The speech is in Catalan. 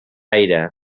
aire